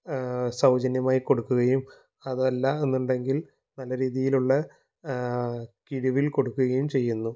സൗജന്യമായി കൊടുക്കുകയും അതല്ലയെന്നുണ്ടെങ്കിൽ നല്ല രീതിയിലുള്ള കിഴിവിൽ കൊടുക്കുകയും ചെയ്യുന്നു അവിടുത്തെ